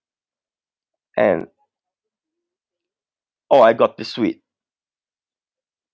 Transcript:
and oh I got the suite